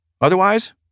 Otherwise